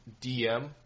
DM